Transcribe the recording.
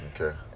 Okay